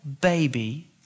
baby